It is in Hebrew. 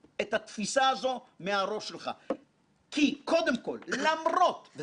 יש דברים שגם צריך את הזמן הנכון כדי להוביל אותם.